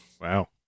Wow